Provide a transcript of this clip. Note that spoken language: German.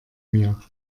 mir